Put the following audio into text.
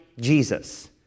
Jesus